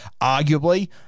arguably